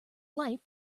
life